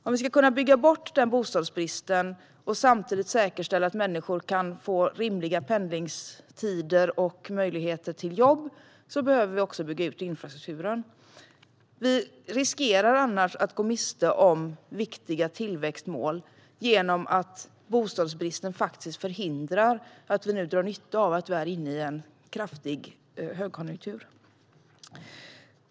Om vi ska kunna bygga bort den bostadsbristen och samtidigt säkerställa att människor kan få rimliga pendlingstider och möjligheter till jobb behöver vi också bygga ut infrastrukturen. Vi riskerar annars att gå miste om viktiga tillväxtmål genom att bostadsbristen förhindrar att man kan dra nytta av att vi är inne i en kraftig högkonjunktur.